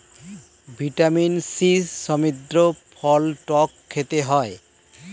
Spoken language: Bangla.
ভিটামিন সি সমৃদ্ধ ফল টক খেতে হয়